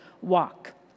walk